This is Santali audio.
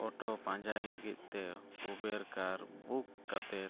ᱯᱟᱸᱡᱟᱭ ᱞᱟᱹᱜᱤᱫᱛᱮ ᱠᱟᱛᱮᱫ